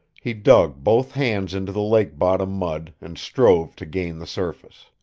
he dug both hands into the lake-bottom mud and strove to gain the surface.